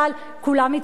כולם התעוררו.